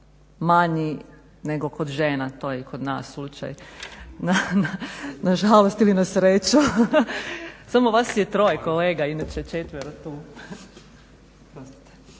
manji nego kod žena. To je i kod nas slučaj, nažalost ili na sreću. Samo vas je troje kolega inače je četvero tu.